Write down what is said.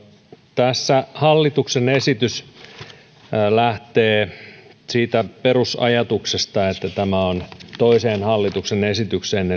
tässä hallituksen esitys liikenteenohjaus ja hallintapalveluiden muuttamisesta osakeyhtiöksi lähtee siitä perusajatuksesta että tämä liittyy toiseen liikennevirastosta annettuun hallituksen esitykseen